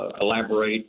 elaborate